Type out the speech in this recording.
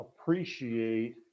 appreciate